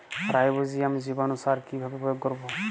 Rhizobium জীবানুসার কিভাবে প্রয়োগ করব?